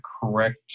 correct